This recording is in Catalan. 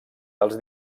dels